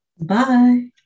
Bye